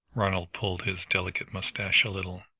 ronald pulled his delicate moustache a little.